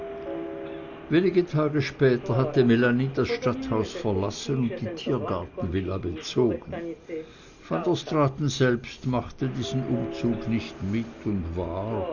wenige tage später hatte melanie das stadthaus verlassen und die tiergartenvilla bezogen van der straaten selbst machte diesen umzug nicht mit und war